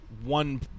one